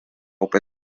upe